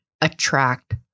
attract